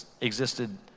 existed